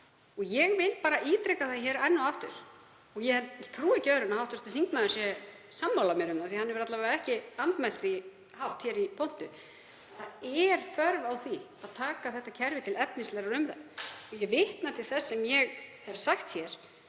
Ég vil bara ítreka það enn og aftur og ég trúi ekki öðru en að hv. þingmaður sé sammála mér um það, því hann hefur alla vega ekki andmælt því hátt hér í pontu, að það er þörf á því að taka þetta kerfi til efnislegrar umræðu. Ég vitna til þess sem ég hef sagt að